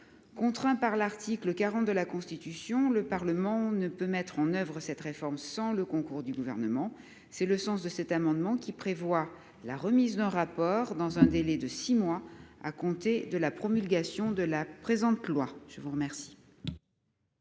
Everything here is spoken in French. Contraint par l'article 40 de la Constitution, le Parlement ne peut mettre en oeuvre cette réforme, sans le concours du gouvernement. C'est le sens de cet amendement qui prévoit la remise d'un rapport dans un délai de 6 mois à compter de la promulgation de la présente loi, je vous remercie.